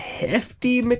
Hefty